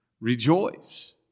Rejoice